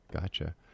Gotcha